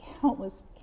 countless